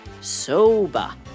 soba